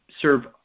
serve